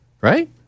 Right